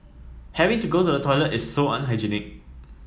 having to go to the toilet is so unhygienic